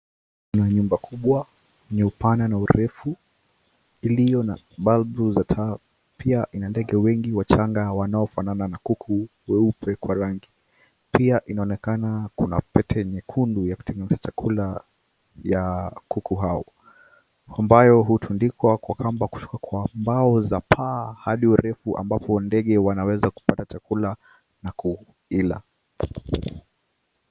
Kuna nyumba kubwa yenye upana na urefu iliyo na bulb za taa pia ina ndege wengi wachanga wanaofanana na kuku weupe kwa rangi pia inaonekana kuna pete nyekundu ya kutengeneza chakula ya kuku hao ambayo hutundikwa kwa kamba kisha kwa mbao za paa hadi urefu wa ambapo ndege wanaweza kufikia kula chakula na kuila